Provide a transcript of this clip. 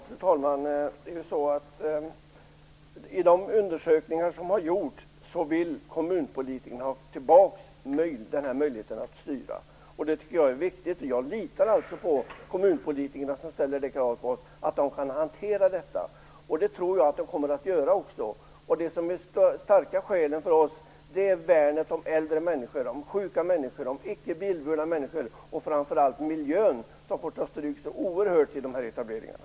Fru talman! I de undersökningar som har gjorts vill kommunpolitikerna ha tillbaka denna möjlighet att styra. Det tycker jag är viktigt. Jag litar alltså på de kommunpolitiker som ställer detta krav på oss och på att de kan hantera detta, och det tror jag att de kommer att kunna också. Starka skäl för oss är värnandet om äldre människor, sjuka människor, icke bilburna människor och framför allt miljön, som får ta stryk så oerhört genom de här etableringarna.